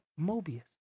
Mobius